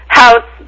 house